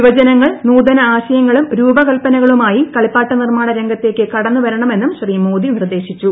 യുവജനങ്ങൾ നൂതന ആശയങ്ങളും രൂപ്പക്ൽപനകളുമായി കളിപ്പാട്ട നിർമാണ രംഗത്തേക്ക് കടന്നു വരണ്ട്മെന്നു്ം ശ്രീ മോദി നിർദ്ദേശിച്ചു